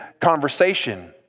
conversation